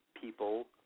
people